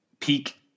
peak